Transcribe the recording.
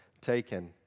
taken